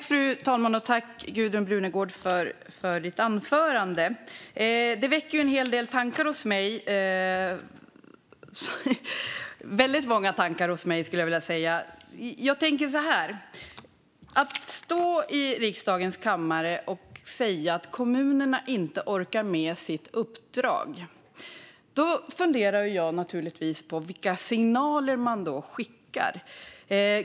Fru talman! Tack, Gudrun Brunegård, för ditt anförande! Anförandet väckte många tankar hos mig. Att stå i riksdagens kammare och säga att kommunerna inte orkar med sitt uppdrag gör att jag funderar på vilka signaler man skickar.